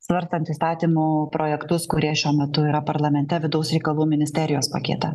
svarstant įstatymų projektus kurie šiuo metu yra parlamente vidaus reikalų ministerijos pakete